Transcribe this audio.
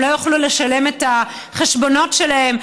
שהם לא יוכלו לשלם את החשבונות שלהם.